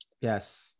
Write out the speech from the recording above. Yes